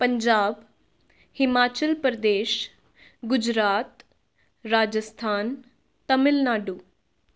Punjab Himachal Pradesh Gujarat Rajasthan Tamil Nadu